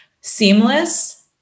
seamless